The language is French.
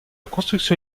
construction